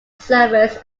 service